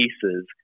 pieces